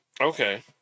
Okay